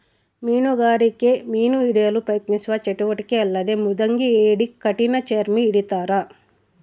ಮೀನುಗಾರಿಕೆ ಮೀನು ಹಿಡಿಯಲು ಪ್ರಯತ್ನಿಸುವ ಚಟುವಟಿಕೆ ಅಲ್ಲದೆ ಮೃದಂಗಿ ಏಡಿ ಕಠಿಣಚರ್ಮಿ ಹಿಡಿತಾರ